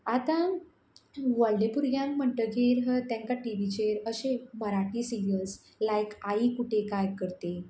आतां व्हडले भुरग्यांक म्हणटगीर ह तांकां टीवीचेर अशे मराठी सिरयल्स लायक आई कुटे काय करते